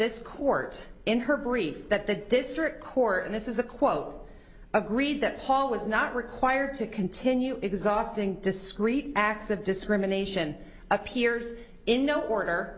this court in her brief that the district court and this is a quote agreed that hall was not required to continue exhausting discrete acts of discrimination appears in